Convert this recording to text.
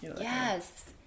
Yes